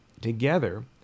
together